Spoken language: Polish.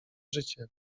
życie